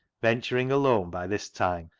venturing alone by this time,